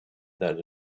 that